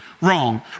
wrong